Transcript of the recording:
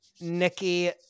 Nikki